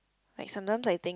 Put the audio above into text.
like sometimes I think